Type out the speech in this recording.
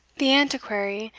the antiquary,